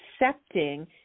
accepting